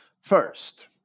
First